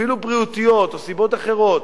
אפילו בריאותיות או סיבות אחרות,